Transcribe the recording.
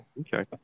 Okay